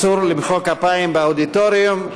אסור למחוא כפיים באודיטוריום.